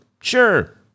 sure